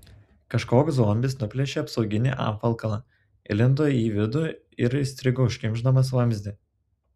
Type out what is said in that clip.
kažkoks zombis nuplėšė apsauginį apvalkalą įlindo į vidų ir įstrigo užkimšdamas vamzdį